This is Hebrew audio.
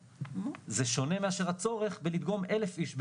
זה שונה מאשר הצורך בלדגום 1,000 איש ביום.